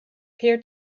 peer